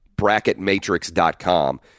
bracketmatrix.com